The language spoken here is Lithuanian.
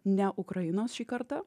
ne ukrainos šį kartą